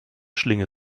schlinge